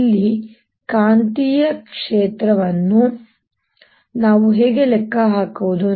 ಇಲ್ಲಿ ಕಾಂತೀಯ ಕ್ಷೇತ್ರವನ್ನು ನಾನು ಹೇಗೆ ಲೆಕ್ಕ ಹಾಕುವುದು